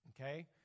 Okay